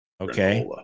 Okay